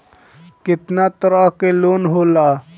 केतना तरह के लोन होला?